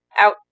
out